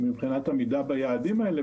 מבחינת עמידה ביעדים האלה,